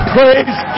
Praise